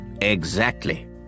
-"Exactly